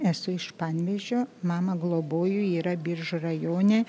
esu iš panevėžio mamą globoju ji yra biržų rajone